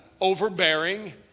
overbearing